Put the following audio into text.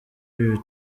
ibi